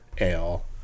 ale